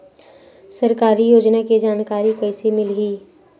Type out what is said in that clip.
सरकारी योजना के जानकारी कइसे मिलही?